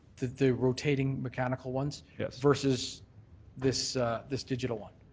the the rotating mechanical ones yeah versus this this digital one?